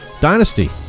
Dynasty